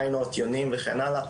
מיינות, יונים וכן הלאה.